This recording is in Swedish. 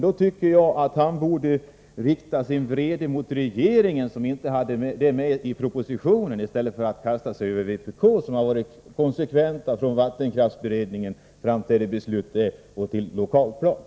Då tycker jag att han borde rikta sin vrede mot regeringen, som inte har detta med i propositionen, i stället för att kasta sig över vpk, som har varit konsekvent från vattenkraftsberedningen fram till beslutet på det lokala planet.